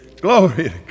Glory